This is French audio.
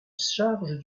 charge